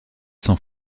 sans